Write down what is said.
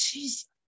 Jesus